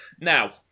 Now